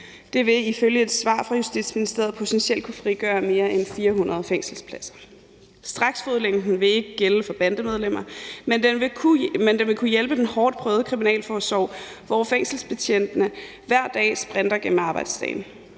Det vil ifølge et svar fra Justitsministeriet potentielt kunne frigøre mere end 400 fængselspladser. Straksfodlænken vil ikke gælde for bandemedlemmer, men den vil kunne hjælpe den hårdt prøvede kriminalforsorg, hvor fængselsbetjentene hver dag sprinter gennem arbejdsdagen.